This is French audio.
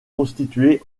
constitué